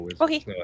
Okay